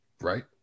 right